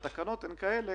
והתקנות הן כאלה